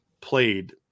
played